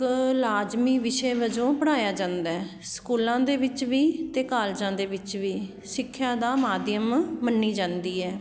ਕ ਲਾਜ਼ਮੀ ਵਿਸ਼ੇ ਵਜੋਂ ਪੜ੍ਹਾਇਆ ਜਾਂਦਾ ਸਕੂਲਾਂ ਦੇ ਵਿੱਚ ਵੀ ਅਤੇ ਕਾਲਜਾਂ ਦੇ ਵਿੱਚ ਵੀ ਸਿੱਖਿਆ ਦਾ ਮਾਧਿਅਮ ਮੰਨੀ ਜਾਂਦੀ ਹੈ